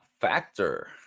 Factor